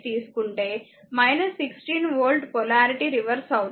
తీసుకుంటే 16 volt polarity reverse అవుతుంది